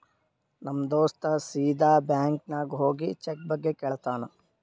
ನಮ್ ದೋಸ್ತ ಸೀದಾ ಬ್ಯಾಂಕ್ ನಾಗ್ ಹೋಗಿ ಚೆಕ್ ಬಗ್ಗೆ ಕೇಳ್ತಾನ್